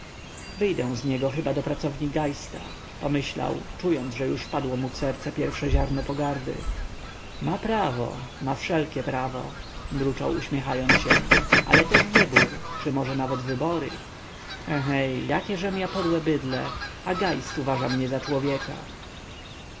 wyjdę z niego chyba do pracowni geista pomyślał czując że już wpadło mu w serce pierwsze ziarno pogardy ma prawo ma wszelkie prawo mruczał uśmiechając się ale też wybór czy może nawet wybory ehej jakieżem ja podłe bydlę a geist uważa mnie za człowieka